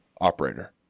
operator